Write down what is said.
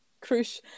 crush